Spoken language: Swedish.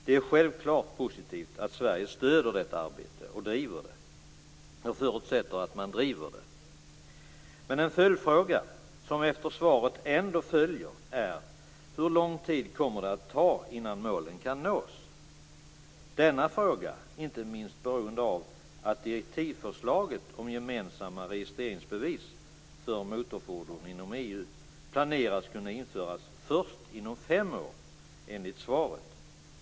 Det är självfallet positivt att Sverige stöder detta arbete. Jag förutsätter att man också driver det. En följdfråga som följer på svaret är: Hur lång tid kommer det att ta innan målet kan nås? Denna fråga är inte minst beroende av att direktivförslaget om gemensamma registreringsbevis från motorfordon inom EU planeras kunna införas först om fem år, enligt svaret.